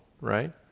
right